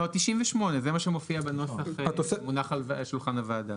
לא, 98 זה מה שמופיע בנוסח המונח על שולחן הוועדה.